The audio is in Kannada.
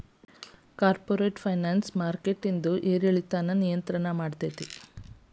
ಕಾರ್ಪೊರೇಟ್ ಫೈನಾನ್ಸ್ ಮಾರ್ಕೆಟಿಂದ್ ಏರಿಳಿತಾನ ನಿಯಂತ್ರಣ ಮಾಡ್ತೇತಿ